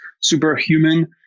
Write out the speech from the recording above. superhuman